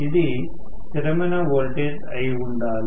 ఇది స్థిరమైన వోల్టేజ్ అయి ఉండాలి